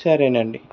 సరేనండి